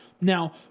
Now